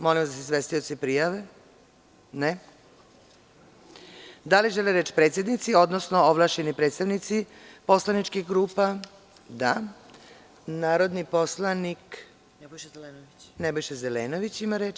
Molim vas da se izvestioci prijave. (Ne.) Da li žele reč predsednici, odnosno ovlašćeni predstavnici poslaničkih grupa? (Da.) Narodni poslanik Nebojša Zelenović ima reč.